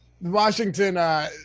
Washington